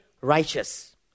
righteous